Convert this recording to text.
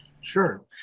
Sure